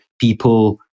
people